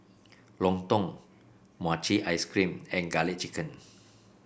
lontong Mochi Ice Cream and garlic chicken